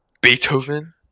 Beethoven